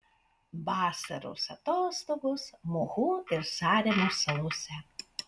vasaros atostogos muhu ir saremos salose